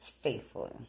Faithfully